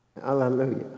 Hallelujah